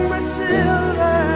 Matilda